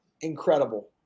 incredible